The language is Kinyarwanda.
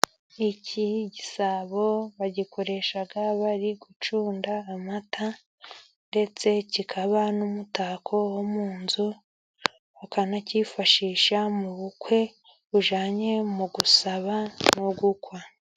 Iki gisabo bagikoresha bari gucunda amata ndetse kikaba n'umutako wo mu nzu, ukanacyifashisha mu bukwe bujyanye mu gusaba no gukwa.